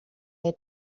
had